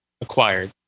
acquired